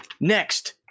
next